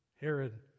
Herod